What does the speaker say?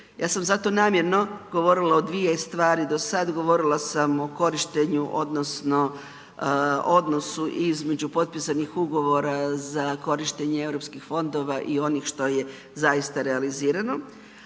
Ja sam zato namjerno govorila o dvije stvari do sad, govorila sam o korištenju odnosno odnosu između potpisanih ugovora za korištenje EU fondova i onih što je zaista realizirano